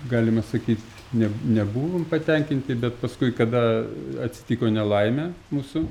galima sakyt ne nebuvom patenkinti bet paskui kada atsitiko nelaimė mūsų